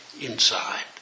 inside